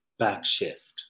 backshift